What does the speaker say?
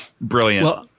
brilliant